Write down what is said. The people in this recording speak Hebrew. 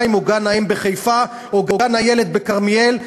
או גן-האם בחיפה או גן-הילד בכרמיאל?